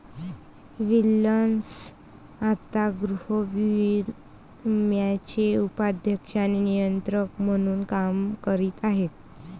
Wilson आता गृहविम्याचे उपाध्यक्ष आणि नियंत्रक म्हणून काम करत आहेत